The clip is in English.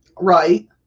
Right